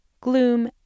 gloom